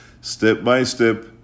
step-by-step